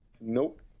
Nope